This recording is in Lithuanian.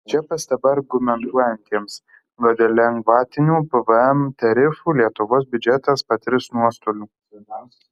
čia pastaba argumentuojantiems kad dėl lengvatinių pvm tarifų lietuvos biudžetas patirs nuostolių